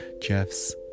Jeff's